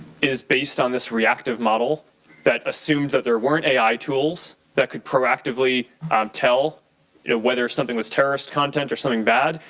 is based on this reactive model that assumes that there weren't ai tools that could pro-actively um tell you know whether something was terrorist content or something bad,